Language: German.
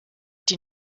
die